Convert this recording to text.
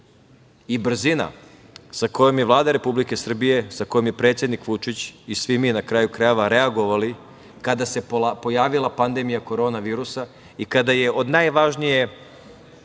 i brzina sa kojom je Vlada Republike Srbije, sa kojom je predsednik Vučić i svi mi na kraju krajeva reagovali kada se pojavila pandemija korona virusa i kada je najvažnije